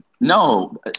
No